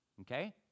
okay